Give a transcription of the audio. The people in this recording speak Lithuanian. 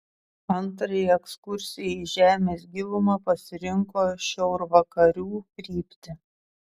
antrajai ekskursijai į žemės gilumą pasirinko šiaurvakarių kryptį